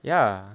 ya